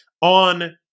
on